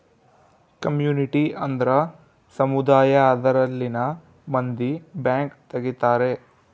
community ಅಂದ್ರ ಸಮುದಾಯ ಅದರಲ್ಲಿನ ಮಂದಿ ಬ್ಯಾಂಕ್ ತಗಿತಾರೆ